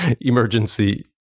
Emergency